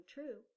True